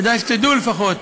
כדאי שתדעו לפחות,